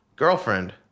Girlfriend